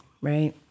right